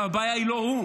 אבל הבעיה היא לא הוא,